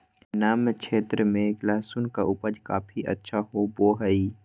नम क्षेत्र में लहसुन के उपज काफी अच्छा होबो हइ